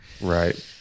Right